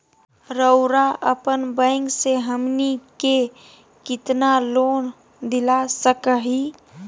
रउरा अपन बैंक से हमनी के कितना लोन दिला सकही?